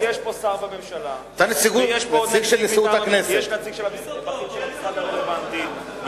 יש פה שר בממשלה ויש נציג בכיר של המשרד הרלוונטי,